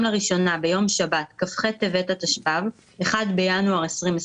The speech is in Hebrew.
לראשונה ביום שבת כ"ח טבת התשפ"ב (1 בינואר 2022)